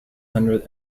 hundred